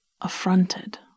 affronted